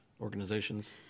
organizations